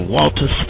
Walter